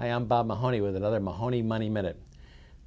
i am bob mahoney with another mahoney money minute